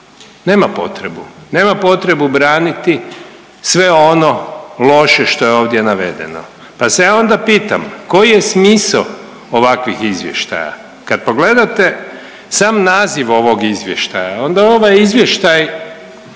nema potrebu, nema potrebu braniti sve ono loše što je ovdje navedeno, pa se ja onda pitam koji je smisao ovakvih izvještaja. Kad pogledate sam naziv ovog izvještaja onda ovaj izvještaj